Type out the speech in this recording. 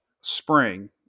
spring